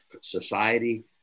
society